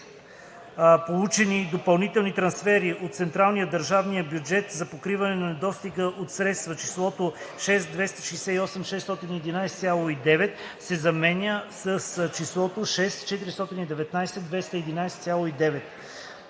Получени допълнителни трансфери от централния/държавния бюджет за покриване на недостига от средства“ числото „6 268 611,9“ се заменя с числото „6 419 211,9“.